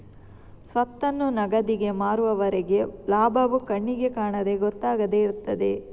ಸ್ವತ್ತನ್ನು ನಗದಿಗೆ ಮಾರುವವರೆಗೆ ಲಾಭವು ಕಣ್ಣಿಗೆ ಕಾಣದೆ ಗೊತ್ತಾಗದೆ ಇರ್ತದೆ